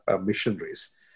missionaries